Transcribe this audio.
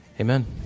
Amen